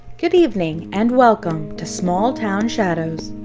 good evening and welcome to small town shadows.